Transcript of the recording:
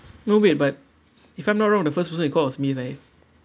no wait but if I'm not wrong the first person you called was me right